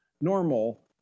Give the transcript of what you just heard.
normal